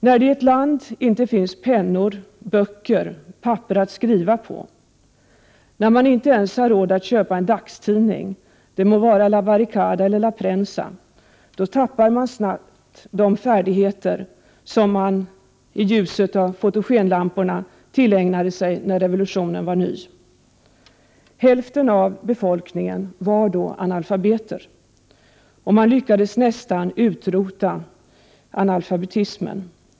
När det i ett land inte finns pennor, böcker eller papper att skriva på och när man inte ens har råd att köpa en dagstidning — det må vara la Barricada eller la Prensa — så tappar man snabbt de färdigheter som man i ljuset av fotogenlamporna tillägnade sig när revolutionen var ny. Hälften av befolkningen var då analfabeter. Man lyckades nästan utrota analfabetismen.